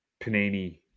Panini